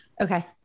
Okay